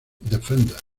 defender